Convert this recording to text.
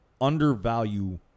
undervalue